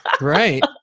Right